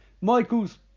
Michael's